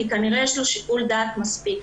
כי כנראה יש לו שיקול דעת מספיק.